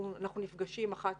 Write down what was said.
אנחנו נפגשים אחת